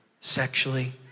sexually